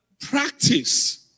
practice